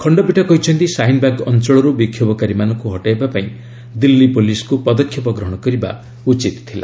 ଖଣ୍ଡପୀଠ କହିଛନ୍ତି ଶାହିନବାଗ ଅଞ୍ଚଳରୁ ବିକ୍ଷୋଭକାରୀମାନଙ୍କୁ ହଟାଇବା ପାଇଁ ଦିଲ୍ଲୀ ପୁଲିସକୁ ପଦକ୍ଷେପ ଗ୍ରହଣ କରିବା ଉଚିତ୍ ଥିଲା